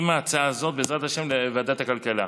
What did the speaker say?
עם ההצעה הזאת, בעזרת השם, לוועדת הכלכלה.